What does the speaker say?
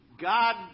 God